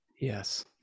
Yes